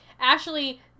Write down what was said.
Ashley